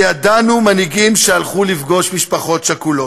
וידענו מנהיגים שהלכו לפגוש משפחות שכולות.